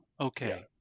Okay